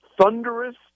thunderous